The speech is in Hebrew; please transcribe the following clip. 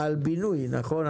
דיברת על בינוי, נכון?